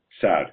sad